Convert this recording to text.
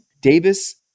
Davis